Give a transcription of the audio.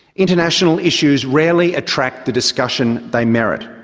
international issues rarely attract the discussion they merit.